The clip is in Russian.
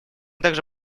также